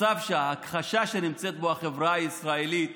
מצב ההכחשה שנמצאת בו החברה הישראלית